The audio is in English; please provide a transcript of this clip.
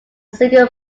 single